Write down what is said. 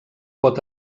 pot